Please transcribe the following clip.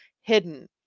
hidden